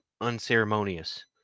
unceremonious